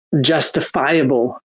justifiable